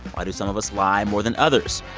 why do some of us lie more than others?